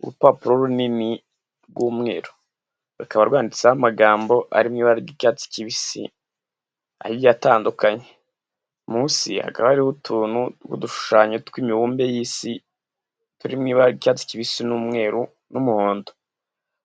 Urupapuro runini rw'umweru, rukaba rwanditseho amagambo ari mu ibara ry'icyatsi kibisi agiye atandukanye, munsi hakaba hariho utuntu tw'udushushanyo tw'imibumbe y'isi turi mu ibara ry'icyatsi kibisi n'umweru n'umuhondo,